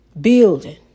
building